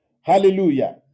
Hallelujah